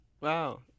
Wow